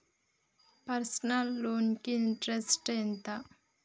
Personal loan కి interest ఎంత?